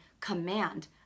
command